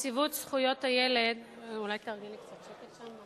נציבות זכויות הילד, אולי תארגן לי קצת שקט שם?